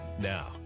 Now